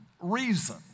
reason